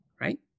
Right